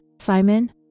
Simon